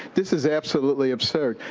this is absolutely absurd.